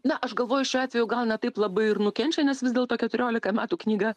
na aš galvoju šiuo atveju gal ne taip labai ir nukenčia nes vis dėlto keturiolika metų knyga